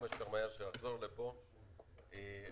שיחזור לפה כמה שיותר מהר.